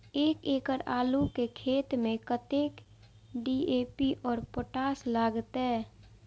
एक एकड़ आलू के खेत में कतेक डी.ए.पी और पोटाश लागते?